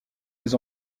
les